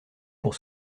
pour